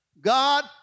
God